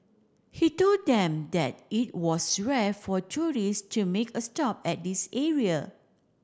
he told them that it was rare for tourist to make a stop at this area